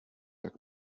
tak